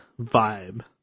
vibe